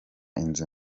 inzu